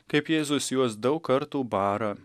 kaip jėzus juos daug kartų bara